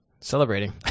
Celebrating